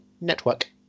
network